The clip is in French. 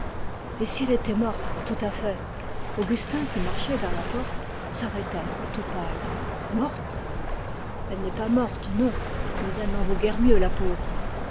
si elle était morte tout à fait augustin qui marchait vers la porte s'arrêta tout pâle morte elle n'est pas morte non mais elle n'en vaut guère mieux la pauvre